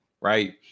right